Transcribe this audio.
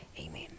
amen